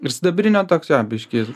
ir sidabrinio toks biški ir